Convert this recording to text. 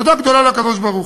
תודה גדולה לקדוש-ברוך-הוא.